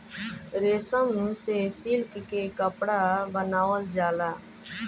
रेशम से सिल्क के कपड़ा बनावल जाला